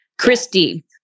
Christy